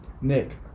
nick